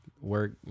work